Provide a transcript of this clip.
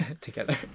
together